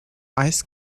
ice